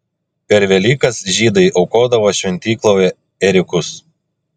per velykas žydai aukodavo šventykloje ėriukus